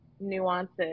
nuances